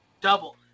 double